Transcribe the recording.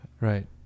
Right